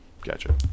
Gotcha